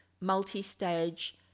multi-stage